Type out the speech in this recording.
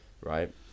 right